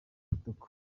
kitoko